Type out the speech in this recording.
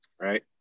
Right